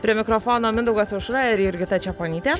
prie mikrofono mindaugas aušra ir jurgita čeponytė